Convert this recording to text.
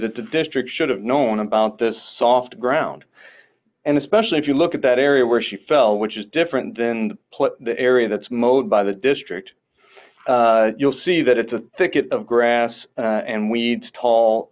that the district should have known about this soft ground and especially if you look at that area where she fell which is different than the area that's mowed by the district you'll see that it's a thicket of grass and weeds tall